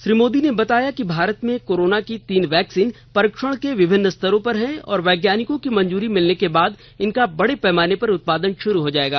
श्री मोदी ने बताया कि भारत में कोरोना की तीन वैक्सीन परीक्षण के विभिन्न स्तरों पर हैं और वैज्ञानिकों की मंजूरी मिलने के बाद इनका बड़े पैमाने पर उत्पादन शुरू हो जाएगा